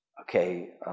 okay